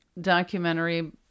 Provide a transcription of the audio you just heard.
documentary